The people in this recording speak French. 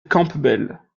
campbell